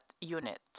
unit